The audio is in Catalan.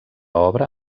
obra